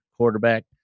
quarterback